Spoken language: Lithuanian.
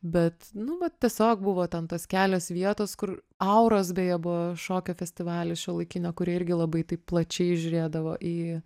bet nu vat tiesiog buvo ten tos kelios vietos kur auros beje buvo šokio festivalis šiuolaikinio kur irgi labai taip plačiai žiūrėdavo į